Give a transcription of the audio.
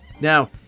Now